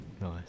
Nice